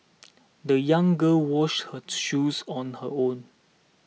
the young girl washed her shoes on her own